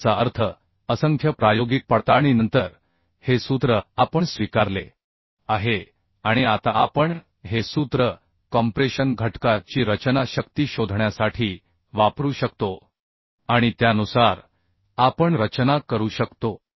याचा अर्थ असंख्य प्रायोगिक पडताळणीनंतर हे सूत्र आपण स्वीकारले आहे आणि आता आपण हे सूत्र कॉम्प्रेशन घटका ची रचना शक्ती शोधण्यासाठी वापरू शकतो आणि त्यानुसार आपण रचना करू शकतो